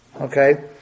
Okay